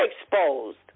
exposed